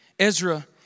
Ezra